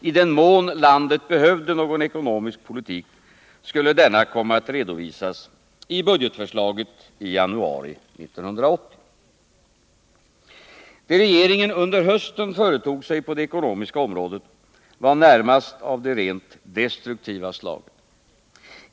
I den mån landet behövde någon ekonomisk politik skulle denna komma att redovisas i budgetförslaget i januari 1980. Det regeringen under hösten företog sig på det ekonomiska området var närmast av det rent destruktiva slaget.